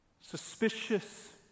suspicious